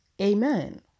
amen